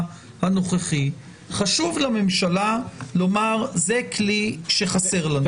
הנוכחי חשוב לממשלה לומר שזה כלי שחסר לה?